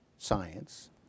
science